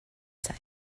side